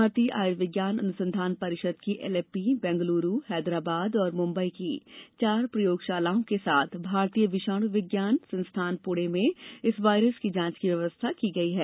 भारतीय आयुर्विज्ञान अनुसंधान परिषद की एलेप्पी बेंगलुरू हैदराबाद और मुंबई की चार प्रयोगशालाओं के साथ भारतीय विषाणु विज्ञान संस्थान पूणे में इस वायरस की जांच की व्यवस्था की गई है